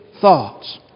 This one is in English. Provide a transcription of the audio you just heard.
thoughts